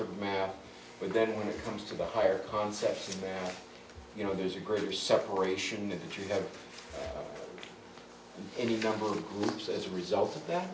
of map but then when it comes to the higher concepts you know there's a greater separation if you have any number of groups as a result of that